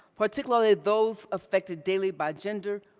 particularly those affected daily by gender,